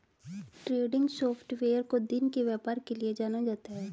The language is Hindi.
ट्रेंडिंग सॉफ्टवेयर को दिन के व्यापार के लिये जाना जाता है